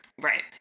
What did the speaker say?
Right